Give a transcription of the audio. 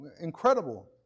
incredible